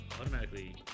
automatically